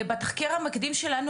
בתחקיר המקדים שלנו,